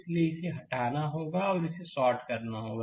इसलिए इसे हटाना होगा और इसे शॉर्ट करना होगा